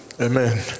Amen